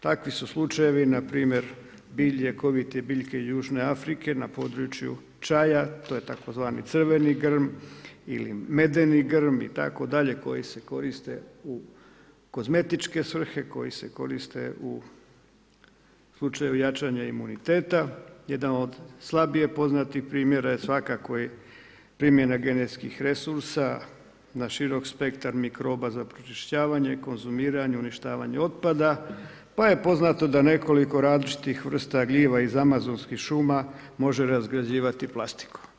Takvi su slučajevi npr. ljekovite biljke južne Afrike na području čaja, to je tzv. crveni grm ili medeni grm itd., koji se koristi u kozmetičke svrhe, koji se koriste u slučaju jačanja imuniteta, jedna od slabije poznatih primjera svakako je primjena genetskih resursa na širok spektar mikroba za pročišćavanje, konzumiranje, uništavanje otpada pa je poznato da nekoliko različitih vrsta gljiva iz amazonskih šuma može razgrađivati plastiku.